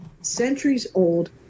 centuries-old